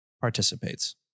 participates